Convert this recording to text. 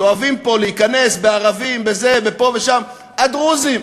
אוהבים פה להיכנס בערבים, בזה, בפה ושם, הדרוזים,